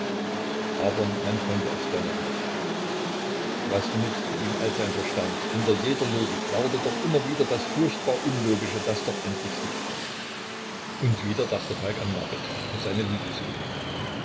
aber man konnte es dennoch nicht was nützte ihm all sein verstand hinter jeder logik lauerte doch immer wieder das furchtbar unlogische das doch endlich siegte und wieder dachte falk an marit und seine liebe zu ihr